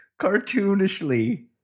Cartoonishly